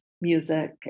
music